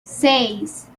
seis